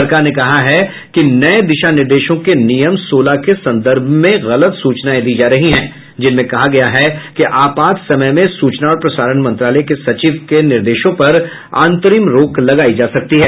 सरकार ने कहा है कि नये दिशा निर्देशों के नियम सोलह के संदर्भ में गलत सूचनाएं दी जा रही हैं जिनमें कहा गया है कि आपात समय में सूचना और प्रसारण मंत्रालय के सचिव के निर्देशों पर अंतरिम रोक लगाई जा सकती है